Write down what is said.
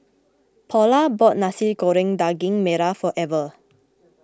Paula bought Nasi Goreng Daging Merah for Ever